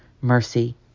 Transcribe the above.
mercy